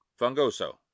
Fungoso